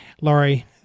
Laurie